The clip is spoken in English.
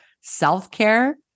self-care